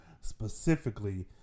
specifically